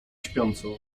śpiącą